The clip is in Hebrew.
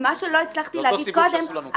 אותו סיבוב שעשו עלינו קודם.